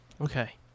okay